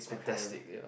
okay